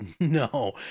No